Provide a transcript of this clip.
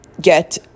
get